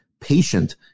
patient